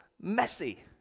messy